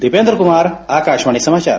दीपेन्द्र कुमार आकाशवाणी समाचार